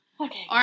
okay